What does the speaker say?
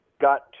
got